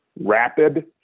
rapid